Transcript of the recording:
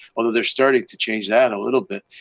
although they're starting to change that a little bit,